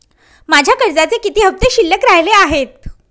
माझ्या कर्जाचे किती हफ्ते शिल्लक राहिले आहेत?